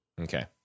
okay